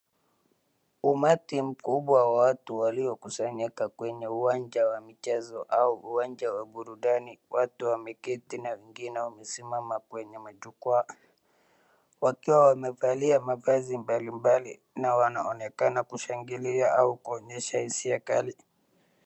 Umati mkubwa wa watu waliokusanyika kwenye uwanja wa michezo au uwanja wa burudani watu wameketi na wengine wamesimama kwenye majukwaa wakiwa wamevalia mavazi mbali mbali na wanaonekana kushangilia au kuonyesha hisia kali.